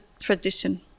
tradition